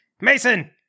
Mason